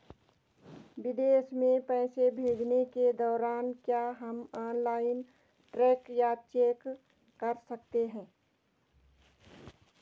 विदेश में पैसे भेजने के दौरान क्या हम ऑनलाइन ट्रैक या चेक कर सकते हैं?